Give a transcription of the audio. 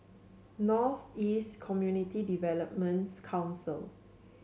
North East Community Developments Council